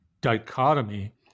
dichotomy